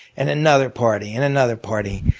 and another party, and another party.